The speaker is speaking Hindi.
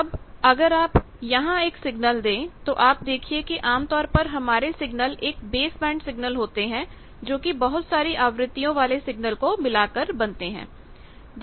अब अगर आप यहां एक सिग्नल दे तो आप देखिए कि आमतौर पर हमारे सिग्नल एक बेसबैंड सिग्नल होते हैं जोकि बहुत सारी आवृत्तियों वाले सिग्नल को मिलाकर बनता है